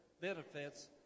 benefits